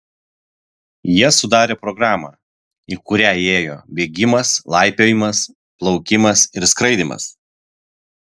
jie sudarė programą į kurią įėjo bėgimas laipiojimas plaukimas ir skraidymas